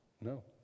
No